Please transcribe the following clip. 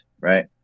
right